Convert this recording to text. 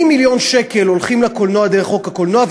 80 מיליון שקל הולכים לקולנוע דרך חוק הקולנוע,